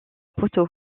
poteau